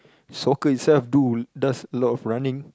soccer itself do does a lot of running